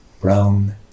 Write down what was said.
Brown